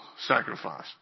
sacrifice